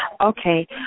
Okay